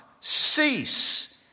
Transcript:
Cease